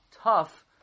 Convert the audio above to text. tough